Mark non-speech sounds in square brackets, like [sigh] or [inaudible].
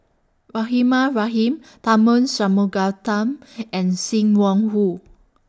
Rahimah Rahim [noise] Tharman Shanmugaratnam [noise] and SIM Wong Hoo